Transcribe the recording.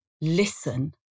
listen